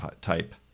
type